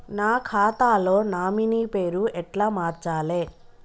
నా ఖాతా లో నామినీ పేరు ఎట్ల మార్చాలే?